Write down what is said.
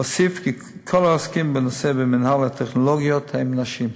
אוסיף כי כל העוסקים בנושא במינהל הטכנולוגיות הם נשים,